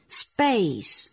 space